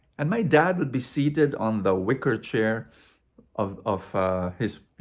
and my dad would be seated on the wicker chair of of his,